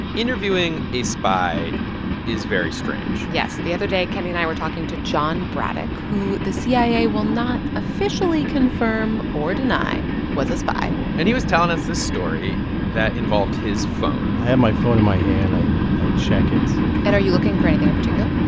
interviewing a spy is very strange yes. the other day, kenny and i were talking to john braddock, who the cia will not officially confirm or deny was a spy and he was telling us this story that involved his phone i had my phone in my hand. i i check it and are you looking for anything in particular?